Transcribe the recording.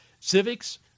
civics